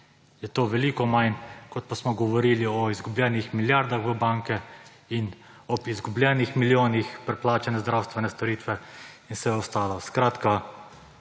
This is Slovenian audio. je to veliko manj, kot pa smo govorili o izgubljenih milijardah v banke in ob izgubljenih milijonih preplačane zdravstvene storitve in vse ostalo.